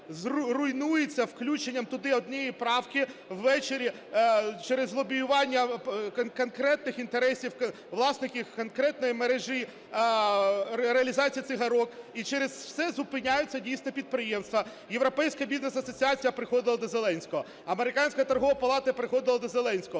руйнується включенням туди однієї правки ввечері через лобіювання конкретних інтересів власників конкретної мережі реалізації цигарок, і через це, дійсно, зупиняються підприємства. Європейська Бізнес Асоціація приходила до Зеленського, Американська торгова палата приходила до Зеленського,